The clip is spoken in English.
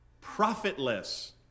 profitless